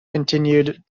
continued